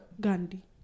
Gandhi